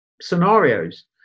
scenarios